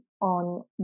on